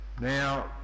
Now